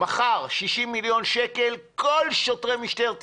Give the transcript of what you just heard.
מחר 60 מיליון שקל כל שוטרי משטרת ישראל,